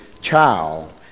child